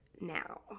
now